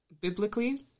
biblically